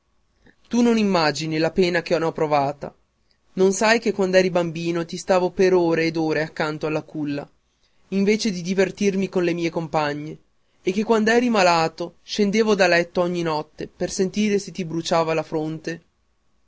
tu non immagini la pena che n'ho provata non sai che quand'eri bambino ti stavo per ore e ore accanto alla culla invece di divertirmi con le mie compagne e che quand'eri malato scendevo da letto ogni notte per sentire se ti bruciava la fronte